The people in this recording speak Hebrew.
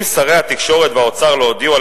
אם שרי התקשורת והאוצר לא הודיעו על